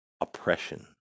oppression